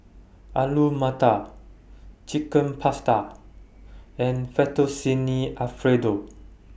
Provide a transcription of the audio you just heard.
Alu Matar Chicken Pasta and Fettuccine Alfredo